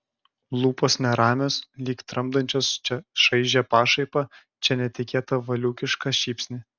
lūpos neramios lyg tramdančios čia šaižią pašaipą čia netikėtą valiūkišką šypsnį